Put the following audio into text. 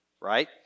right